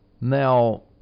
Now